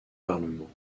parlements